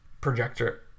projector